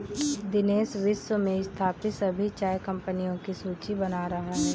दिनेश विश्व में स्थापित सभी चाय कंपनियों की सूची बना रहा है